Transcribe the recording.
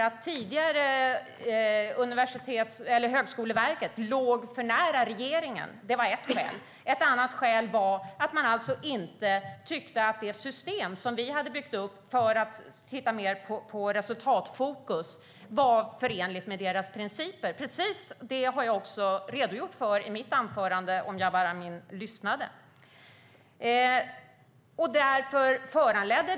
Det tidigare Högskoleverket låg för nära regeringen - det var ett skäl. Ett annat skäl var att de inte tyckte att det system som vi hade byggt upp för att titta mer på resultatfokus var förenligt med deras principer. Precis det har jag också redogjort för i mitt anförande - det vet Jabar Amin om han lyssnade.